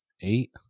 eight